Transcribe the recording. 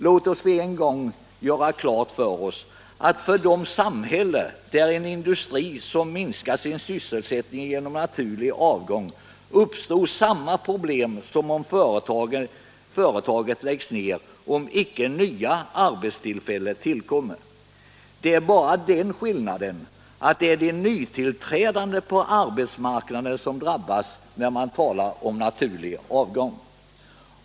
Låt oss med en gång göra klart för oss att för de samhällen där en industri minskar sin sysselsättning genom naturlig avgång uppstår samma problem som om företaget läggs ner, om icke nya arbetstillfällen tillkommer. Det är bara den skillnaden att det är de nytillträdande på arbetsmarknaden som drabbas när man talar om naturlig avgång.